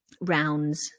rounds